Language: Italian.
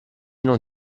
non